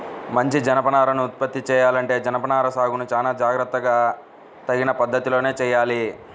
మంచి జనపనారను ఉత్పత్తి చెయ్యాలంటే జనపనార సాగును చానా జాగర్తగా తగిన పద్ధతిలోనే చెయ్యాలి